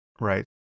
right